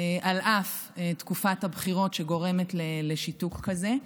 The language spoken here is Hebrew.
על אף תקופת הבחירות שגורמת לשיתוק כזה.